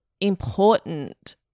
important